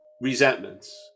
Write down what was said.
resentments